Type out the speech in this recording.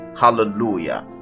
Hallelujah